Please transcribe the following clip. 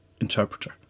interpreter